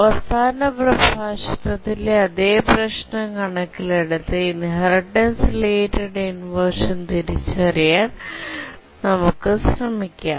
അവസാന പ്രഭാഷണത്തിലെ അതേ പ്രശ്നം കണക്കിലെടുത്ത് ഇൻഹെറിറ്റൻസ് റിലേറ്റഡ് ഇൻവെർഷൻ തിരിച്ചറിയാൻ നമുക്കു ശ്രമിക്കാം